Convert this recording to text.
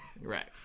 Right